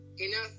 Enough